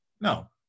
no